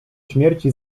śmierci